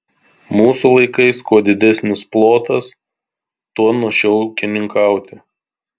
mūsų laikais kuo didesnis plotas tuo našiau ūkininkauti